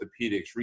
orthopedics